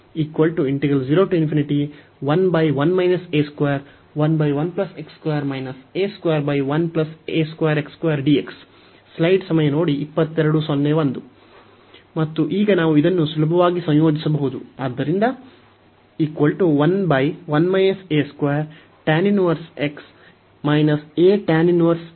ಆದ್ದರಿಂದ ಮತ್ತು ಈಗ ನಾವು ಇದನ್ನು ಸುಲಭವಾಗಿ ಸಂಯೋಜಿಸಬಹುದು